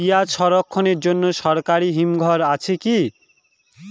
পিয়াজ সংরক্ষণের জন্য সরকারি হিমঘর আছে কি?